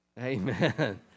Amen